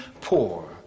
poor